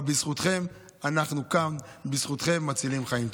אבל בזכותכם אנחנו כאן, בזכותכם מצילים חיים.